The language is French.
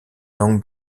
langues